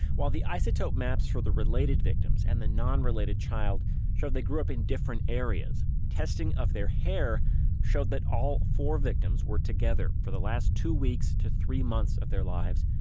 while the isotope maps for the related victims and the non-related child showed they grew up in different areas, testing of their hair showed that all four victims were together for the last two weeks to three months of lives,